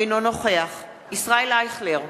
אינו נוכח ישראל אייכלר,